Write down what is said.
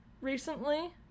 recently